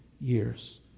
years